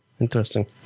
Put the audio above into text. Interesting